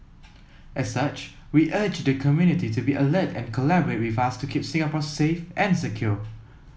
as such we urge the community to be alert and collaborate with us to keep Singapore safe and secure